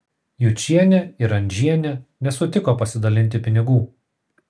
jučienė ir andžienė nesutiko pasidalinti pinigų